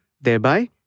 thereby